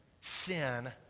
Sin